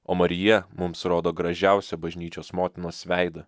o marija mums rodo gražiausią bažnyčios motinos veidą